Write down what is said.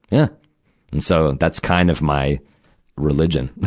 yeah and so, that's kind of my religion.